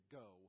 go